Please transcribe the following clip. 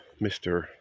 Mr